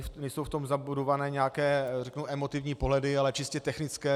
Nejsou v tom zabudované nějaké emotivní pohledy, ale čistě technické.